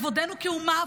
בכבודנו כאומה,